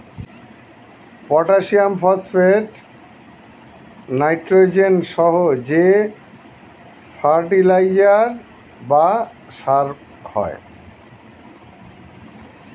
potassium, phosphate, nitrogen সহ যে fertiliser বা সার হয়